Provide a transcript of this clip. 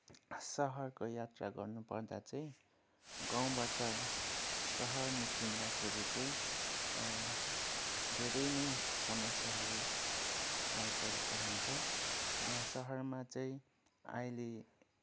सहरको यात्रा गर्नुपर्दा चाहिँ गाउँबाट सहर निस्किँदाखेरि चाहिँ धेरै नै समस्याहरू आइपरेको हुन्छ सहरमा चाहिँ अहिले